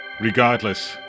regardless